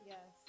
Yes